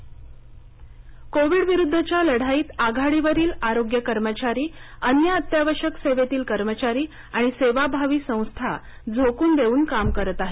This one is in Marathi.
कोरोना मदत कोविड विरुद्धच्या लढाईत आघाडीवरील आरोग्य कर्मचारी अन्य अत्यावश्यक सेवेतील कर्मचारी आणि सेवाभावी संस्था झोकून देऊन काम करत आहेत